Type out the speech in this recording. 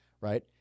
right